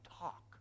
talk